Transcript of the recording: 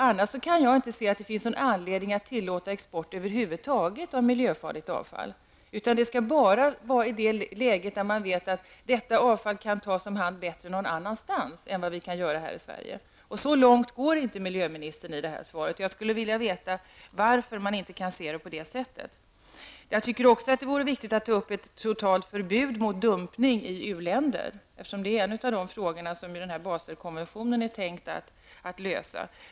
Jag kan inte se att det finns någon anledning att annars tillåta export av miljöfarligt avfall över huvud taget. Det skall bara ske i det läget när man vet att avfallet kan tas om hand på ett bättre sätt någon annanstans än vad vi kan göra här i Sverige. Så långt går inte miljöministern i sitt svar. Jag skulle vilja veta varför man inte kan se det på det sättet. Jag tycker också att det vore viktigt att ta upp ett totalt förbud mot dumpning av miljöfarligt avfall i u-länder. Det är en av frågorna som Baselkonventionen är tänkt att lösa.